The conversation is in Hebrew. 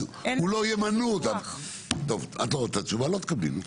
את לא רוצה תשובה לא תקבלי.